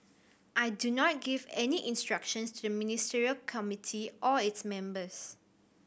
I do not give any instructions to the Ministerial Committee or its members